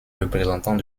représentant